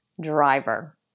Driver